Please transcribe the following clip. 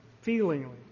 feelingly